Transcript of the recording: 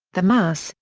the mass,